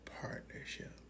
partnership